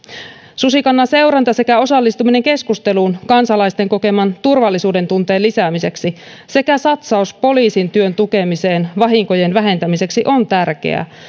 susikannan seuranta sekä osallistuminen keskusteluun kansalaisten kokeman turvallisuudentunteen lisäämiseksi sekä satsaus poliisin työn tukemiseen vahinkojen vähentämiseksi on tärkeää